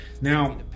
Now